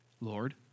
Lord